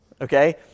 okay